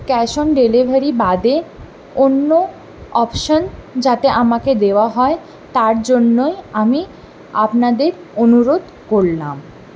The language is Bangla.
ক্যাশ অন ডেলিভারি বাদে অন্য অপশান যাতে আমাকে দেওয়া হয় তার জন্যই আমি আপনাদের অনুরোধ করলাম